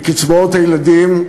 מקצבאות הילדים,